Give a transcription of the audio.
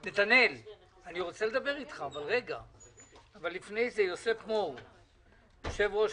אני חושב שבאמת זה המקום הראוי.